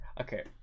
Okay